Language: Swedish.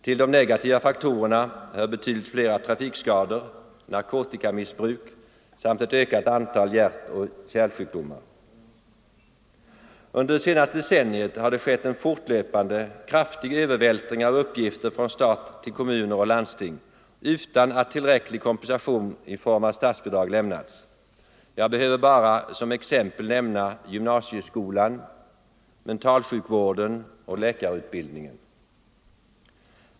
Till de negativa faktorerna hör betydligt fler trafikskador, narkotikamissbruk samt ett ökat antal hjärtoch kärlsjukdomar. Under det senaste decenniet har det skett en fortlöpande kraftig övervältring av uppgifter från stat till kommuner och landsting utan att tillräcklig kompensation i form av statsbidrag lämnats. Jag behöver bara som exempel nämna gymnasieskolan, mentalsjukvården och läkarutbildningen.